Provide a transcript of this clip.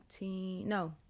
No